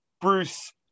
Bruce